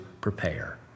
prepare